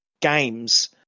games